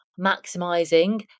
maximizing